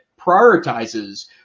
prioritizes